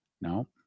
No